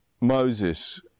Moses